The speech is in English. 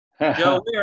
Joe